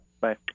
Bye